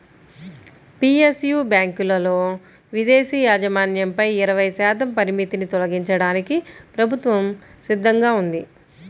PSU బ్యాంకులలో విదేశీ యాజమాన్యంపై ఇరవై శాతం పరిమితిని తొలగించడానికి ప్రభుత్వం సిద్ధంగా ఉంది